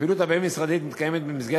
הפעילות הבין-משרדית מתקיימת במסגרת